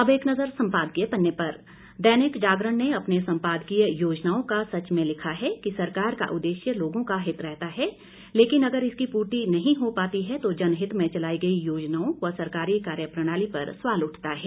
अब एक नजर संपादकीय पन्ने पर दैनिक जागरण ने अपने संपादकीय योजनाओं का सच में लिखा है कि सरकार का उददेश्य लोगों का हित रहता है लेकिन अगर इसकी पूर्ति नहीं हो पाती है तो जनहित में चलाई गई योजनाओं व सरकारी कार्यप्रणाली पर सवाल उठता है